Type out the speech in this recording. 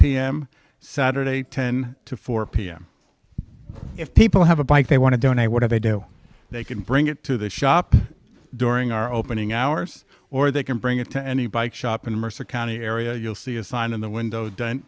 pm saturday ten to four pm if people have a bike they want to donate whatever they do they can bring it to the shop during our opening hours or they can bring it to any bike shop in mercer county area you'll see a sign in the window don